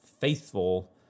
faithful